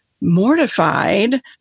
mortified